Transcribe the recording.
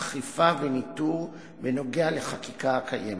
אכיפה וניטור בנוגע לחקיקה הקיימת.